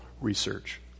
research